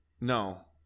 No